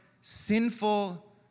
sinful